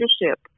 leadership